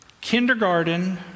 kindergarten